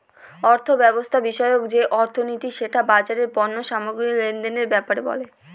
অর্থব্যবস্থা বিষয়ক যে অর্থনীতি সেটা বাজারের পণ্য সামগ্রী লেনদেনের ব্যাপারে বলে